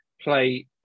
play